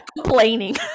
Complaining